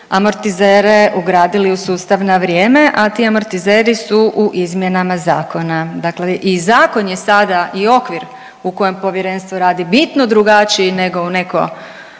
amortizere ugradili u sustav na vrijeme, a ti amortizeri su u izmjenama zakona, dakle i zakon je sada i okvir u kojem povjerenstvo radi bitno drugačiji nego u neko